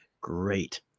great